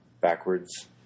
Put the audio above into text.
backwards